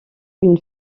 une